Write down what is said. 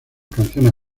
canciones